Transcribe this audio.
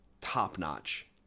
top-notch